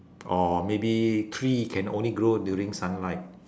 or maybe tree can only grow during sunlight